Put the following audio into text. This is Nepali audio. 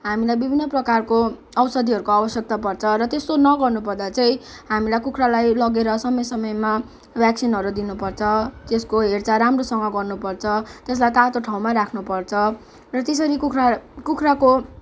हामीलाई विभिन्न प्रकारको औषधीहरूको आवश्यकता पर्छ र त्यस्तो नगर्नु पर्दा चाहिँ हामीलाई कुखुरालाई लगेर समय समयमा भ्याक्सिनहरू दिनु पर्छ त्यसको हेरचाह राम्रोसँग गर्नु पर्छ त्यसलाई तातो ठाउँमा राख्नु पर्छ र तेसरी कुखुरा कुखुराको